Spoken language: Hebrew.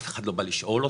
אף אחד לא בא לשאול אותי,